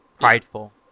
prideful